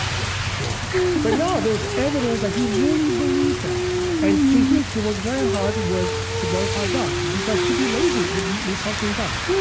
yeah sure but no. there's evidence that he really believed that yeah and to him, to work very hard was to glorify god. because to be lazy would be insulting god.